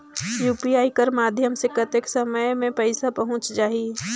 UPI कर माध्यम से कतेक समय मे पइसा पहुंच जाहि?